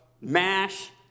MASH